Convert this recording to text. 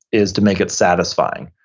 is to make it satisfying.